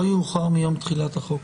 לא יאוחר מיום תחילת החוק.